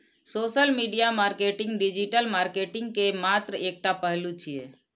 social media marketing digital marketing के मात्र एकटा पहलू छियै